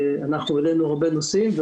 אנחנו פותחים את הנושא השני על סדר היום: